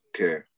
Okay